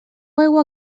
aigua